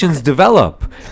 develop